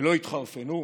שלא יתחרפנו?